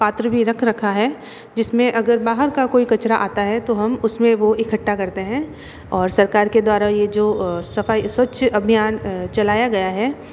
पात्र भी रख रखा है जिस में अगर बाहर का कोई कचरा आता है तो हम उस में वो इकट्ठा करते हैं और सरकार के द्वारा ये जो सफ़ाई स्वच्छ अभियान चलाया गया है